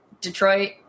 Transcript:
Detroit